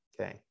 okay